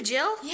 Jill